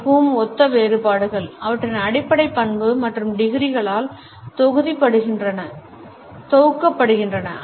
மிகவும் ஒத்த வேறுபாடுகள் அவற்றின் அடிப்படை பண்பு மற்றும் டிகிரிகளால் தொகுக்கப்படுகின்றன